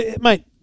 Mate